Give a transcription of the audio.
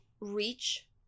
reach